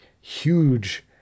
huge